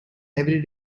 every